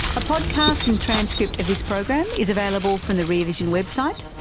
a podcast and transcript of this program is available from the rear vision web site,